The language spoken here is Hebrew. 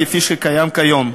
כפי שקיים כיום.